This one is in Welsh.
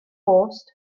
post